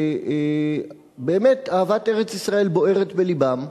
שאהבת אמת לארץ-ישראל בוערת בלבם,